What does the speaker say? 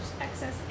excess